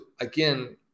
Again